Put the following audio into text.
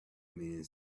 men